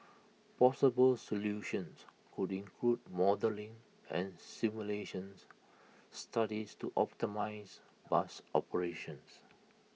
possible solutions could include modelling and simulations studies to optimise bus operations